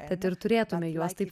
tad ir turėtume juos taip